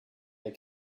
they